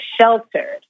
sheltered